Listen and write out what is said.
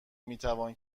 میتوان